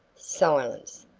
silence.